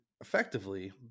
effectively